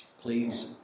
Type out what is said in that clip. please